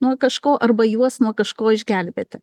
nuo kažko arba juos nuo kažko išgelbėti